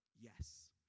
yes